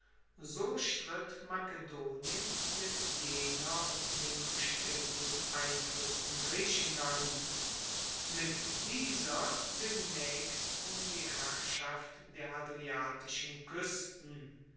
so stritt makedonien mit jener um den bestimmenden einfluss in griechenland mit dieser demnaechst um die herrschaft der adriatischen kuesten